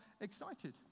excited